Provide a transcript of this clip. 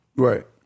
right